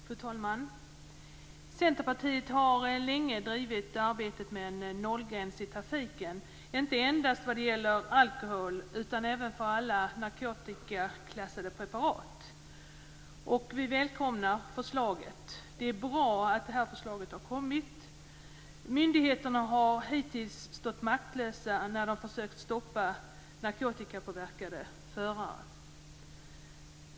Fru talman! Centerpartiet har länge drivit arbetet med en nollgräns i trafiken, inte endast vad gäller alkohol utan även för alla narkotikaklassade preparat, och vi välkomnar förslaget. Det är bra att förslaget har kommit. Myndigheterna har hittills stått maktlösa när de försökt stoppa narkotikapåverkade förare.